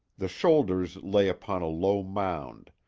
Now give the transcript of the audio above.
the shoulders lay upon a low mound,